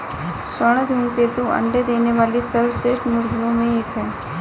स्वर्ण धूमकेतु अंडे देने वाली सर्वश्रेष्ठ मुर्गियों में एक है